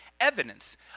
evidence